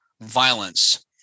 violence